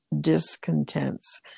discontents